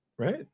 Right